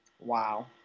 Wow